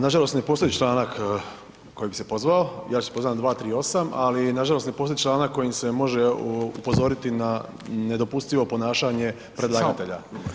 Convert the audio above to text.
Nažalost ne postoji članak kojim bi se pozvao, ja ću se pozvati na 238., ali nažalost ne postoji članak kojim se može upozoriti na nedopustivo ponašanje predlagatelja.